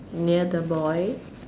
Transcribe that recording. near the boy